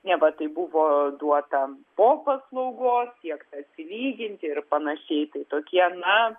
neva tai buvo duota po paslaugos siekta atsilyginti ir panašiai tai tokie na